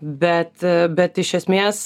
bet bet iš esmės